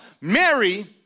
Mary